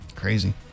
Crazy